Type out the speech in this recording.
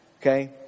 Okay